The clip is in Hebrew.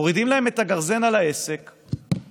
מורידים להם את הגרזן על העסק באבחה,